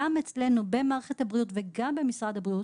גם אצלנו במערכת הבריאות וגם במשרד הבריאות,